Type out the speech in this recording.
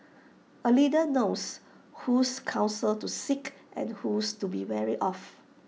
A leader knows whose counsel to seek and whose to be wary of